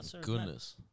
goodness